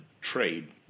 trade